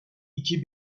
iki